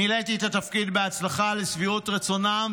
'מילאתי את התפקיד בהצלחה ולשביעות רצונם,